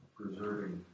preserving